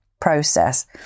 process